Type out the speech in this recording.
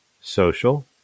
social